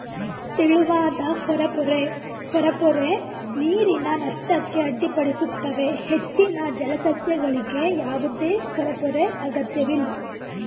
ತೆಳುವಾದ ಹೊರಪೊರೆ ಹೊರಪೊರೆ ನೀರಿನ ನಷ್ಟಕ್ಕೆ ಅಡ್ಡಿಪಡಿಸುತ್ತವೆ ಹೆಚ್ಚಿನ ಜಲಸಸ್ಯಗಳಿಗೆ ಯಾವುದೇ ಹೊರಪೊರೆ ಅಗತ್ಯವಿಲ್ಲ